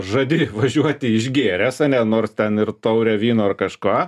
žadi važiuoti išgėręs ane nors ten ir taurę vyno ar kažko